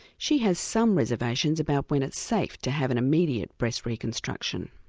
she has some reservations about when it's safe to have an immediate breast reconstruction.